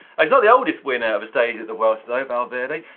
he's not the oldest winner of a stage at the world's, valverde.